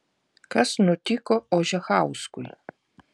kas nutiko ožechauskui